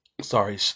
sorry